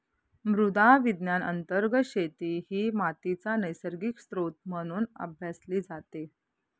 मृदा विज्ञान अंतर्गत शेती ही मातीचा नैसर्गिक स्त्रोत म्हणून अभ्यासली जाते